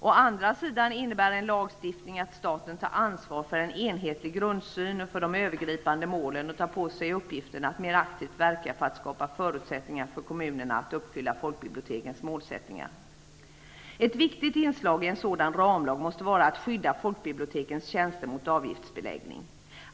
Å andra sidan innebär en lagstiftning att staten tar ansvar för en enhetlig grundsyn och för de övergripande målen och tar på sig uppgiften att mer aktivt verka för att skapa förutsättningar för kommunerna att uppfylla folkbibliotekens målsättningar. Ett viktigt inslag i en sådan ramlag måste vara att skydda folkbibliotekens tjänster mot avgiftsbeläggning.